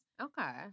Okay